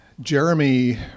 Jeremy